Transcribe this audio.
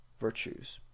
Virtues